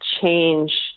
change